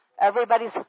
Everybody's